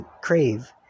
Crave